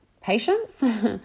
patience